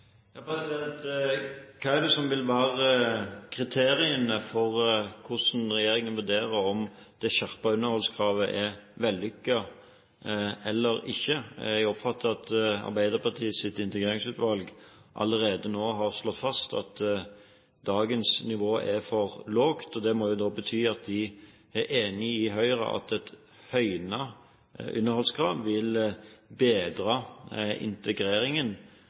Hva er det som vil være kriteriene for hvordan regjeringen vurderer om det skjerpede underholdskravet er vellykket eller ikke? Jeg oppfatter at Arbeiderpartiets integreringsutvalg allerede nå har slått fast at dagens nivå er for lavt. Det må jo da bety at de er enig med Høyre i at et høynet underholdskrav vil bedre integreringen